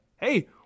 hey